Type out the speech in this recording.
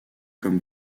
comme